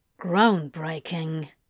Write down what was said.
Groundbreaking